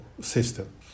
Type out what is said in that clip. system